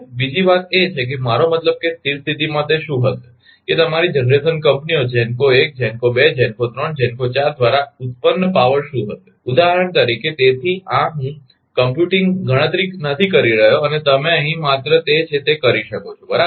બીજી વાત એ છે કે મારો મતલબ કે સ્થિર સ્થિતીમાં તે શું હશે કે તમારી જનરેશન કંપનીઓ GENCO 1 GENCO 2 GENCO 3 GENCO 4 દ્વારા ઉત્પન્ન પાવર શું હશે ઉદાહરણ તરીકે તેથી આ હું કમ્પ્યુટીંગગણતરી નથી કરી રહ્યો તમે અહીં માત્ર તે છે તે કરી શકો છો બરાબર